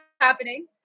happening